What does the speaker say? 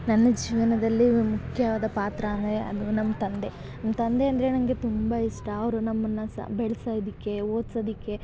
ನನ್ನ ಜೀವನದಲ್ಲಿ ಮುಖ್ಯವಾದ ಪಾತ್ರ ಅಂದರ ಅದು ನಮ್ಮ ತಂದೆ ನಮ್ಮ ತಂದೆ ಅಂದರೆ ನನಗೆ ತುಂಬ ಇಷ್ಟ ಅವರು ನಮ್ಮನ್ನು ಸಹ ಬೆಳ್ಸೋದಕ್ಕೆ ಓದ್ಸೋದಕ್ಕೆ